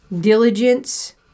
diligence